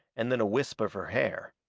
and then a wisp of her hair.